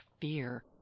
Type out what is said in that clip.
Fear